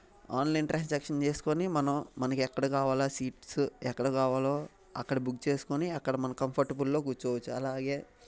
online transaction చేసుకోని మనం మనకి ఎక్కడ కావాలి సీట్స్ ఎక్కడ కావాలో అక్కడ బుక్ చేసుకోని అక్కడ మన కంఫర్టబుల్లో కూర్చోవచ్చు అలాగే